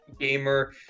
Gamer